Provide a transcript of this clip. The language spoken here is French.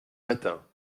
matin